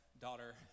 daughter